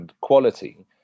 quality